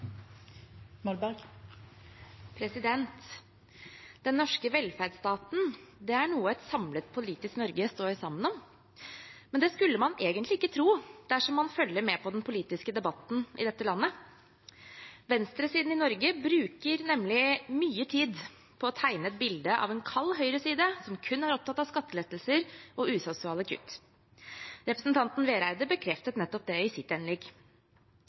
skulle man egentlig ikke tro dersom man følger med på den politiske debatten i dette landet. Venstresiden i Norge bruker nemlig mye tid på å tegne et bilde av en kald høyreside som kun er opptatt av skattelettelser og usosiale kutt. Representanten Vereide bekreftet nettopp det i sitt innlegg.